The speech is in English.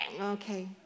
Okay